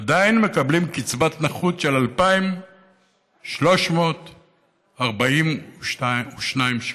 עדיין מקבלים קצבת נכות של 2,342 שקלים.